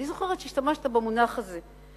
אני זוכרת שהשתמשת במונח הזה.